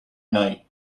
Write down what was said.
night